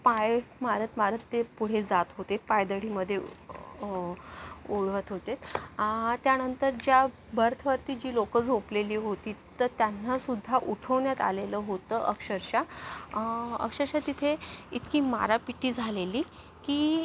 पाय मारत मारत ते पुढे जात होते पायदळीमधे उडवत होतेत त्यानंतर ज्या बर्थवरती जी लोक झोपलेली होती तर त्यांनासुद्धा उठवण्यात आलेलं होतं अक्षरश अक्षरश तिथे इतकी मारापिटी झालेली की